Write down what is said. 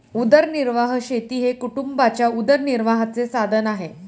उदरनिर्वाह शेती हे कुटुंबाच्या उदरनिर्वाहाचे साधन आहे